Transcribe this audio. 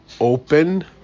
open